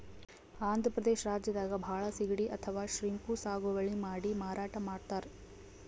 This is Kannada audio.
ಆಂಧ್ರ ಪ್ರದೇಶ್ ರಾಜ್ಯದಾಗ್ ಭಾಳ್ ಸಿಗಡಿ ಅಥವಾ ಶ್ರೀಮ್ಪ್ ಸಾಗುವಳಿ ಮಾಡಿ ಮಾರಾಟ್ ಮಾಡ್ತರ್